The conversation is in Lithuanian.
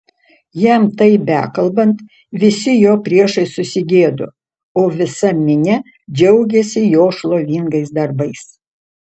jam tai bekalbant visi jo priešai susigėdo o visa minia džiaugėsi jo šlovingais darbais